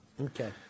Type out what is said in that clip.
Okay